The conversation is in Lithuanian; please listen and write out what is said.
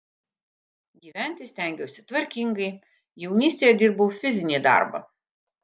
gyventi stengiausi tvarkingai jaunystėje dirbau fizinį darbą